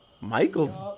Michael's